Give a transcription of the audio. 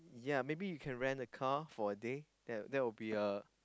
yea maybe you can rent a car for a day that would be a